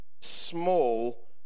small